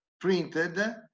printed